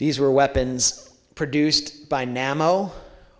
these were weapons produced by narrow